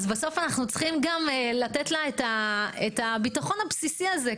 אז בסוף אנחנו צריכים גם לתת את הבטחון הבסיסי הזה.